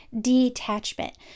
detachment